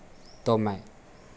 तो मैं